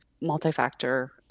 multi-factor